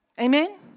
Amen